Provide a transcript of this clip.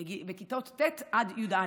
בכיתות ט' עד י"א,